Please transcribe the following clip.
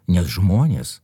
nes žmonės